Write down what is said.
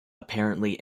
apparently